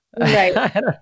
Right